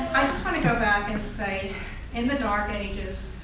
i just want to go back and say in the dark ages,